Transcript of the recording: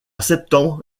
septembre